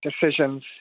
decisions